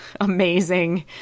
amazing